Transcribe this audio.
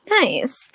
Nice